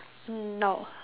mm no